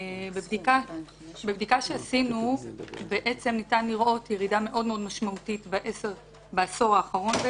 בבדיקה שעשינו בעצם ניתן לראות ירידה מאוד ניכרת בעשור האחרון.